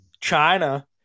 China